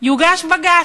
יוגש בג"ץ.